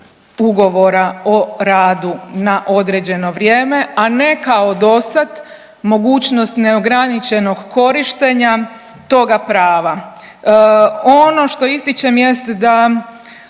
ugovora o radu na određeno vrijeme, a ne kao dosad mogućnost neograničenog korištenja toga prava. Ono što ističem jest da